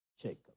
jacob